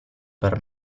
per